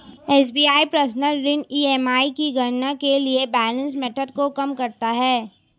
SBI personal ऋण EMI की गणना के लिए बैलेंस मेथड को कम करता है